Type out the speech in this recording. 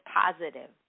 positive